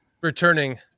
Returning